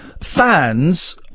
fans